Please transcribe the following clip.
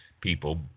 people